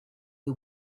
who